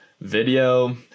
video